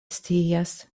scias